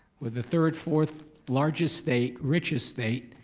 we're the third, fourth largest state, richest state,